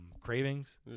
cravings